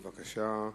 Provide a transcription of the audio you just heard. בבקשה.